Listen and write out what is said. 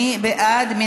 מי בעד?